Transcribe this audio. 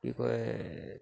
কি কয়